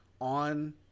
on